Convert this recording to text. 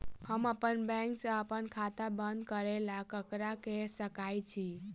हम अप्पन बैंक सऽ अप्पन खाता बंद करै ला ककरा केह सकाई छी?